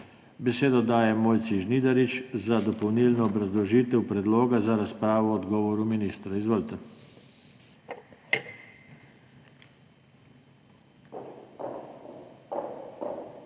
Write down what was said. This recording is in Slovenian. Besedo dajem Mojci Žnidarič za dopolnilno obrazložitev predloga za razpravo o odgovoru ministra. Izvolite.